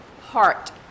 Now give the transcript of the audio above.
heart